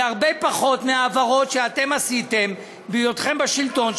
זה הרבה פחות מההעברות שאתם עשיתם בהיותכם בשלטון,